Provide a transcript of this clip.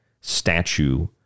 statue